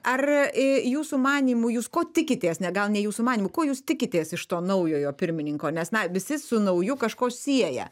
ar jūsų manymu jūs ko tikitės ne gal ne jūsų manymu ko jūs tikitės iš to naujojo pirmininko nes na visi su nauju kažko sieja